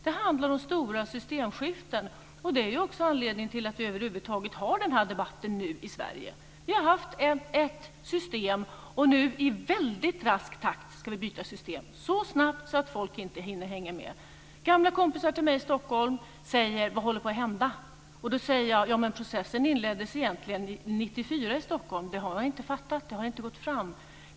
Det handlar om stora systemskiften, och det är också anledningen till att vi över huvud taget har den här debatten nu i Sverige. Vi har haft ett system, och nu ska vi i väldigt rask takt byta system; så rask takt att folk inte hänger med. Gamla kompisar till mig i Stockholm frågar: Vad håller på att hända? Då säger jag att processen egentligen inleddes 1994 i Stockholm. Det har man inte fattat. Det har inte gått fram.